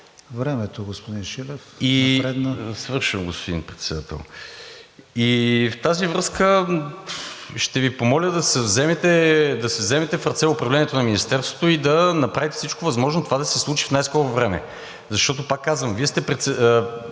напредна. СТЕФАН ШИЛЕВ: Свършвам, господин Председател. И в тази връзка ще Ви помоля да си вземете в ръце управлението на Министерството и да направите всичко възможно това да се случи в най-скоро време. Защото, пак казвам, Вие сте принципал